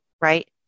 right